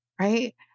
right